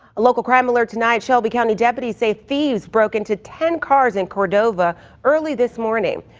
a local crime alert tonight! shelby county deputies say thieves broke into ten cars in cordova early this morning.